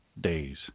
days